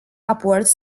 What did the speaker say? upwards